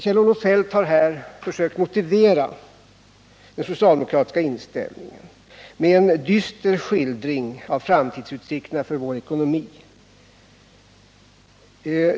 Kjell-Olof Feldt har här försökt motivera den socialdemokratiska inställningen med en dyster skildring av framtidsutsikterna för vår ekonomi.